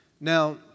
Now